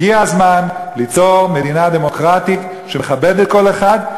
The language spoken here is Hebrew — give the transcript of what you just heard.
הגיע הזמן ליצור מדינה דמוקרטית שמכבדת כל אחד,